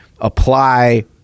apply